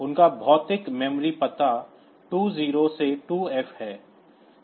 उनका भौतिक मेमोरी पता 20 से 2F है